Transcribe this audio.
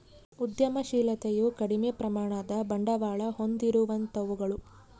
ಉದ್ಯಮಶಿಲತೆಯು ಕಡಿಮೆ ಪ್ರಮಾಣದ ಬಂಡವಾಳ ಹೊಂದಿರುವಂತವುಗಳು